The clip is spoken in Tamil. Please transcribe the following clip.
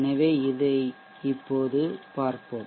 எனவே இப்போது அதை பார்ப்போம்